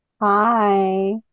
Hi